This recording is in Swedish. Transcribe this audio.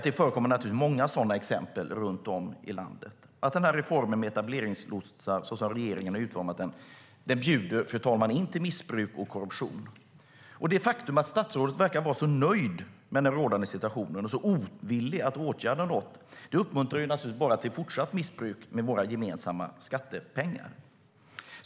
Det finns naturligtvis många sådana exempel runt om i landet. Reformen med etableringslotsar så som regeringen har utformat den, fru talman, bjuder in till missbruk och korruption. Det faktum att statsrådet verkar vara så nöjd med den rådande situationen och så ovillig att åtgärda något uppmuntrar naturligtvis till fortsatt missbruk av våra gemensamma skattepengar.